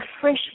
fresh